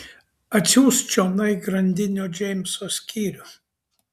atsiųsk čionai grandinio džeimso skyrių